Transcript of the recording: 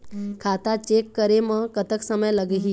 खाता चेक करे म कतक समय लगही?